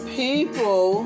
people